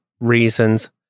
reasons